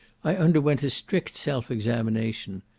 i underwent a strict self-examination.